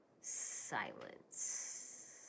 Silence